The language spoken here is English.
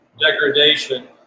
degradation